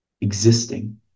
existing